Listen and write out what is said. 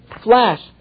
flash